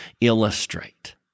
illustrate